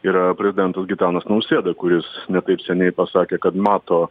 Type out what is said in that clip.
yra prezidentas gitanas nausėda kuris ne taip seniai pasakė kad mato